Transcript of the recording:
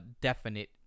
definite